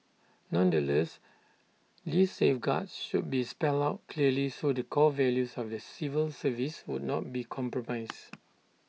nonetheless these safeguards should be spelled out clearly so the core values of the civil service would not be compromised